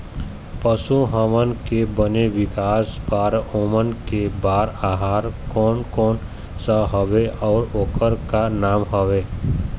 पशु हमन के बने विकास बार ओमन के बार आहार कोन कौन सा हवे अऊ ओकर का नाम हवे?